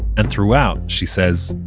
and throughout, she says,